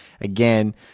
again